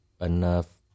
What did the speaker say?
enough